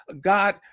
God